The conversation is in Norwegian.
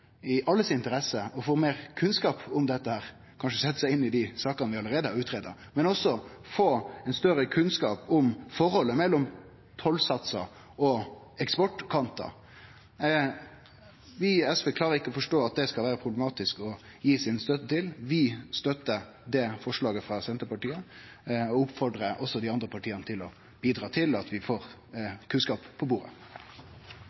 i alles interesse å få meir kunnskap om dette, kanskje setje seg inn i dei sakene vi allereie har utgreidd, men òg få større kunnskap om forholdet mellom tollsatsar og eksportkantar. Vi i SV klarar ikkje å forstå at det skal vere problematisk å gi si støtte til det. Vi støttar forslaget frå Senterpartiet, og eg oppmodar òg dei andre partia til å bidra til at vi får